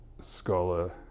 scholar